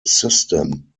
system